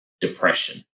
depression